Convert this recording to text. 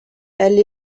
elle